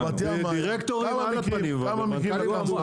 בדירקטורים על הפנים, אבל מנכ"לים עובד.